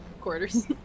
quarters